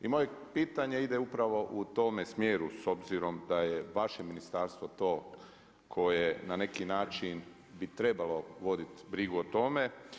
I moje pitanje ide upravo u tome smjeru, s obzirom da je vaše ministarstvo to koje na neki način bi trebalo voditi brigu o tome.